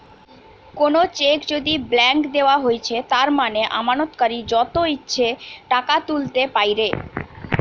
কোনো চেক যদি ব্ল্যাংক দেওয়া হৈছে তার মানে আমানতকারী যত ইচ্ছে টাকা তুলতে পাইরে